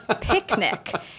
picnic